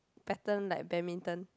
pattern like badminton